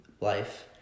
life